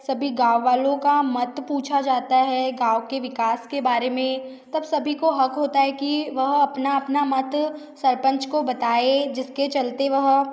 सभी गाँव वालो का मत पूछा जाता है गाव के विकास के बारे में तब सभी को हक़ होता है कि वह अपना अपना मत सरपंच को बताए जिसके चलते वह